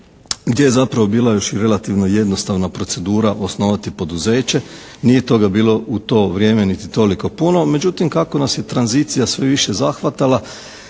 gdje je zapravo bila još i relativno jednostavna procedura osnovati poduzeće. Nije toga bilo u to vrijeme niti toliko puno, međutim kako nas je tranzicija sve više zahvatala,